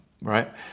right